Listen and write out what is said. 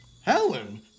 Helen